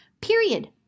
period